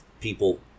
people